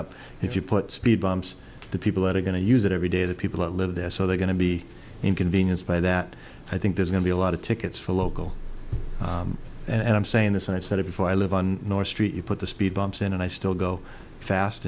up if you put speed bumps the people that are going to use it every day the people that live there so they're going to be inconvenienced by that i think there's going to be a lot of tickets for local and i'm saying as i said if i live on north street you put the speed bumps in and i still go fast